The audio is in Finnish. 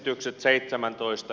teokset seitsemäntoista